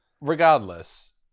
regardless